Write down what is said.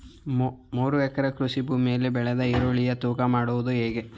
ಮೂರು ಎಕರೆ ಕೃಷಿ ಭೂಮಿಯಲ್ಲಿ ಬೆಳೆದ ಈರುಳ್ಳಿಯನ್ನು ತೂಕ ಮಾಡುವುದು ಹೇಗೆ?